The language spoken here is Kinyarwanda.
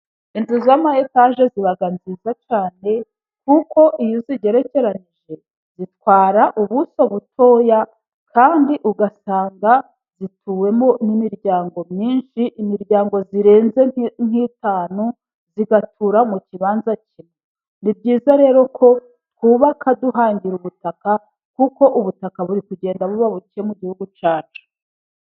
Inzu z'amayetaje ziba nziza cyane kuko iyo uzigerekeranije zitwara ubuso butoya, kandi ugasanga zituwemo n'imiryango myinshi imiryango irenze nk'itanu igatura mu kibanza kimwe. Ni byiza rero ko twubaka duhangira ubutaka kuko ubutaka buri kugenda buba buke mu gihugu cyacu.